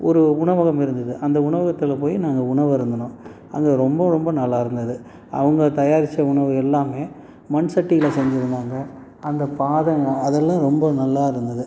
ஒரு உணவகம் இருந்தது அந்த உணவகத்தில் போய் நாங்கள் உணவு அருந்தினோம் அங்கே ரொம்ப ரொம்ப நல்லா இருந்தது அவங்க தயாரித்த உணவு எல்லாமே மண்சட்டியில் செஞ்சிருந்தாங்க அந்த பாதை அதெல்லாம் ரொம்ப நல்லா இருந்தது